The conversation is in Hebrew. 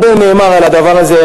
הרבה נאמר על הדבר הזה,